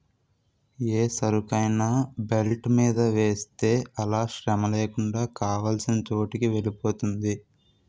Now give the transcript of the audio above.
ఏ సరుకైనా బెల్ట్ మీద వేస్తే అలా శ్రమలేకుండా కావాల్సిన చోటుకి వెలిపోతుంది